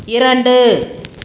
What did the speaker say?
இரண்டு